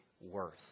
Worth